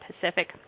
Pacific